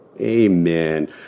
Amen